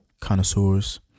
connoisseurs